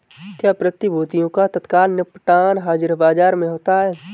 क्या प्रतिभूतियों का तत्काल निपटान हाज़िर बाजार में होता है?